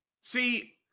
See